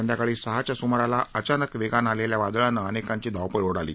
संध्याकाळी सहाच्या सुमाराला अचानक वेगानं आलेल्या वादळानं अनेकांची धावपळ उडाली